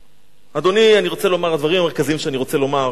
אדוני, הדברים המרכזיים שאני רוצה לומר,